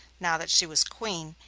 now that she was queen,